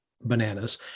bananas